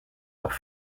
auch